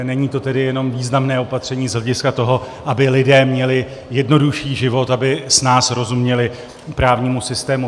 Není to tedy jenom významné opatření z hlediska toho, aby lidé měli jednodušší život, aby snáz rozuměli právnímu systému.